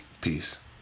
Peace